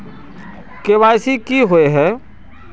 KYC की हिये है?